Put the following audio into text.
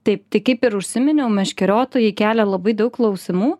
taip tik kaip ir užsiminiau meškeriotojai kelia labai daug klausimų